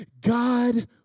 God